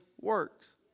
works